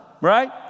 right